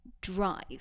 drive